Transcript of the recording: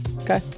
Okay